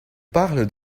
parle